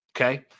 Okay